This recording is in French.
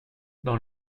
dans